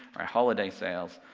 or holiday sales,